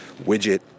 widget